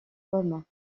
pommes